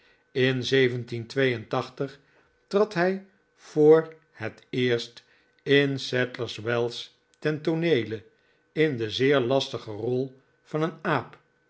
in trad hij voor het eerst in sadlerswells ten tooneele in de zeer lastige rol van een aap